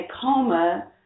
coma